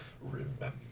Remember